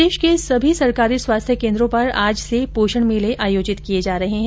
प्रदेश के सभी राजकीय स्वास्थ्य केन्द्रों पर आज से पोषण मेले आयोजित किए जा रहे है